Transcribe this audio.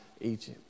Egypt